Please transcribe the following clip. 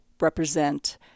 represent